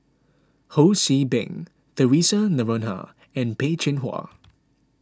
Ho See Beng theresa Noronha and Peh Chin Hua